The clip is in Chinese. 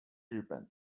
日本